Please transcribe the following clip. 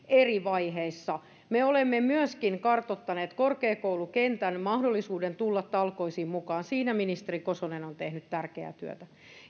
eri vaiheissa me olemme myöskin kartoittaneet korkeakoulukentän mahdollisuuden tulla talkoisiin mukaan siinä ministeri kosonen on tehnyt tärkeää työtä